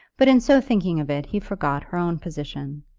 but in so thinking of it he forgot her own position,